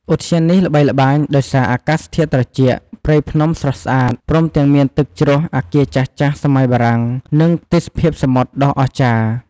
ឧទ្យាននេះល្បីល្បាញដោយសារអាកាសធាតុត្រជាក់ព្រៃភ្នំស្រស់ស្អាត ព្រមទាំងមានទឹកជ្រោះ អគារចាស់ៗសម័យបារាំង និងទេសភាពសមុទ្រដ៏អស្ចារ្យ។